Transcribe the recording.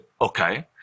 okay